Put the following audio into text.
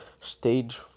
stage